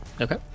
Okay